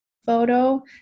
photo